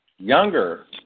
younger